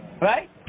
Right